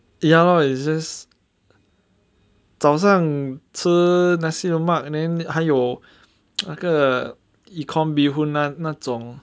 ya lor is just 早上吃 nasi lemak then 还有那个 econ beehoon ah 那种